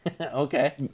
okay